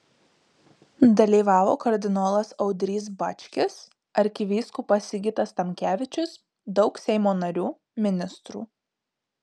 dalyvavo kardinolas audrys bačkis arkivyskupas sigitas tamkevičius daug seimo narių ministrų